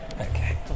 Okay